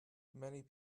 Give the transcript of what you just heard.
many